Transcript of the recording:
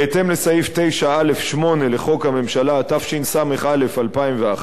בהתאם לסעיף 9(א)(8) לחוק הממשלה, התשס"א 2001,